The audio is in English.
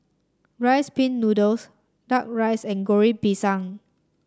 Rice Pin Noodles duck rice and Goreng Pisang